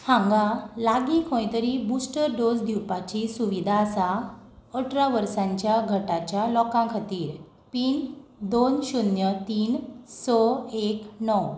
हांगां लागीं खंय तरी बुस्टर डोस दिवपाची सुविधा आसा अठरा वर्सांच्या गटाच्या लोकां खातीर पीन दोन शुन्य तीन स एक णव